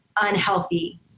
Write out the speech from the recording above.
unhealthy